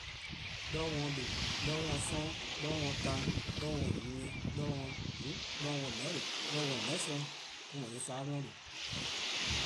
'Doror' 'we-eh :due', 'doror' 'we 'sororn, 'doror' 'we taan, 'doror' 'we nyieh 'doror' 'we :mm', 'doror' 'we :meheh'lo:, 'doror' 'we :meheh' 'sorn, me-: no nyorsoa-a' 'we-eh :due'